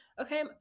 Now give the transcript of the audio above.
Okay